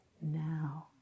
now